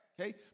Okay